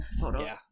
Photos